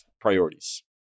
priorities